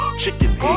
chicken